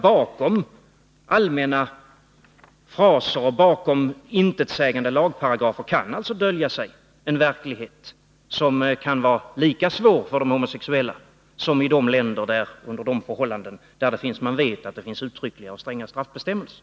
Bakom allmänna fraser och bakom intetsägande lagparagrafer kan det i ett sådant land dölja sig en verklighet som för de homosexuella kan vara lika svår som i de länder där det finns uttryckliga och stränga straffbestämmelser.